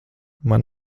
man